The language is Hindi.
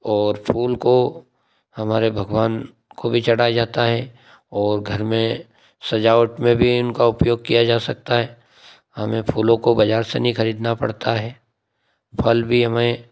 और फूल को हमारे भगवान को भी चढ़ाया जाता है और घर में सजावट में भी इनका उपयोग किया जा सकता है हमें फूलों को बाज़ार से नहीं खरीदना पड़ता है फल भी हमें